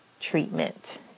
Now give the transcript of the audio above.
treatment